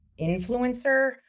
influencer